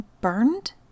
burned